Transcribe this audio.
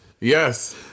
Yes